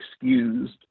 excused